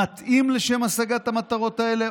מתאים לשם השגת המטרות האלה,